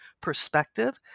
perspective